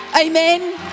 Amen